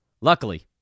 Luckily